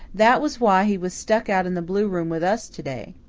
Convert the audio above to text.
that was why he was stuck out in the blue room with us to-day.